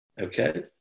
Okay